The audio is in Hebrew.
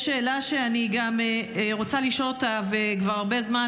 יש שאלה שאני רוצה לשאול אותה הרבה זמן,